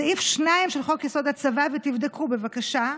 סעיף 2 לחוק-יסוד: הצבא, ותבדקו, בבקשה,